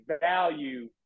value